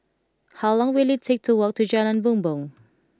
how long will it take to walk to Jalan Bumbong